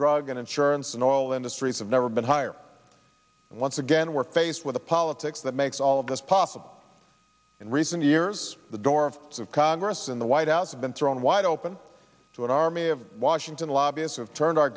oil industries have never been higher and once again we're faced with a politics that makes all of this possible in recent years the door of congress in the white house has been thrown wide open to an army of washington lobbyist who have turned our